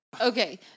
Okay